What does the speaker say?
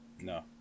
No